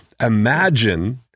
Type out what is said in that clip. imagine